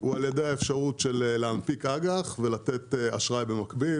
הוא על ידי אפשרות להנפיק אג"ח ולתת אשראי במקביל.